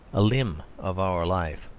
a limb of our life.